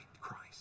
Christ